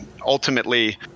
ultimately